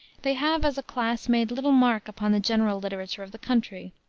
they have as a class made little mark upon the general literature of the country.